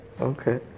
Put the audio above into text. Okay